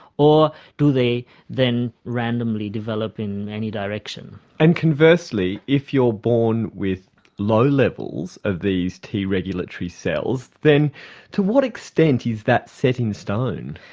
or do they then randomly develop in any direction. and conversely, if you're born with low levels of these t regulatory cells, then to what extent is that set in stone?